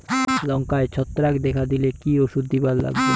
লঙ্কায় ছত্রাক দেখা দিলে কি ওষুধ দিবার লাগবে?